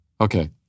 Okay